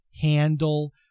handle